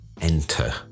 enter